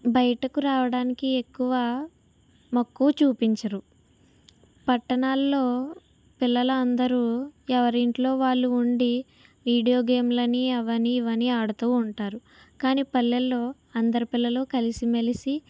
బయటకు రావడానికి ఎక్కువ మక్కువ చూపించరు పట్టణాల్లో పిల్లలు అందరూ ఎవరింట్లో వాళ్ళు ఉండి వీడియో గేమ్లని అవని ఇవనీ ఆడుతూ ఉంటారు కానీ పల్లెల్లో అందరి పిల్లలు కలిసిమెలిసి